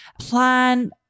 plan